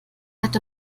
hatte